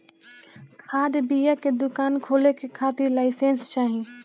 खाद बिया के दुकान खोले के खातिर लाइसेंस चाही